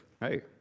hey